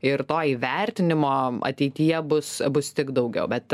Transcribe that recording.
ir to įvertinimo ateityje bus bus tik daugiau bet